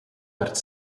werd